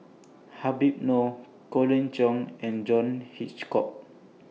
Habib Noh Colin Cheong and John Hitchcock